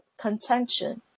contention